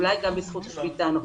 ואולי גם בזכות השביתה הנוכחית.